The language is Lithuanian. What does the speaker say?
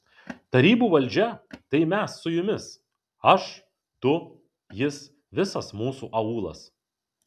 tarybų valdžia tai mes su jumis aš tu jis visas mūsų aūlas